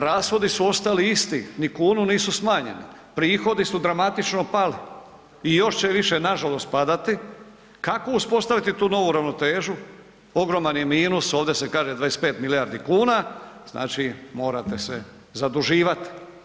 Rashodi su ostali isti, ni kunu nisu smanjeni, prihodi su dramatično pali i još će više nažalost padati, kako uspostaviti tu novu ravnotežu, ogroman je minus, ovdje se kaže 25 milijardi kuna, znači morate se zaduživati.